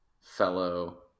fellow